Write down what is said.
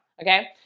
okay